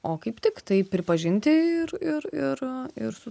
o kaip tik tai pripažinti ir ir ir ir su